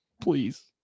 please